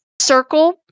circle